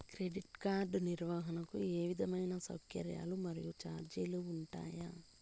Credit card నిర్వహణకు ఏ విధమైన సౌకర్యాలు మరియు చార్జీలు ఉంటాయా?